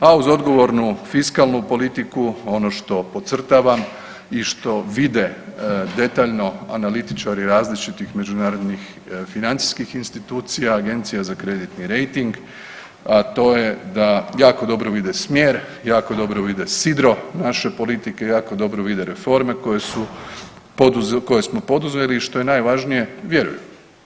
a uz odgovornu fiskalnu politiku, ono što podcrtavam i što vide detaljno analitičari različitih međunarodnih financijskih institucija, agencija za kreditni rejting, a to je da jako dobro vide smjer, jako dobro vide sidro naše politike, jako dobro vide reforme koje smo poduzeli i što je najvažnije, vjeruju.